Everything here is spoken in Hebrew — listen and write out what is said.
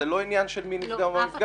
זה לא עניין של מי נפגע או לא נפגע.